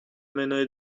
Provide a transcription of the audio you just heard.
منوی